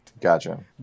Gotcha